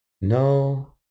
no